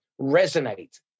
resonate